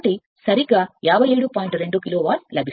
2 kilowatt లభిస్తుంది